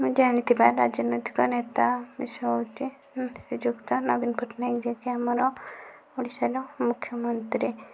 ମୁଁ ଜାଣିଥିବା ରାଜନୈତିକ ନେତା ହଉଛି ଶ୍ରୀଯୁକ୍ତ ନବୀନ ପଟ୍ଟନାୟକ ଯିଏ କି ଆମର ଓଡ଼ିଶାର ମୁଖ୍ୟମନ୍ତ୍ରୀ